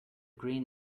green